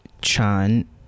Chan